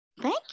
Thank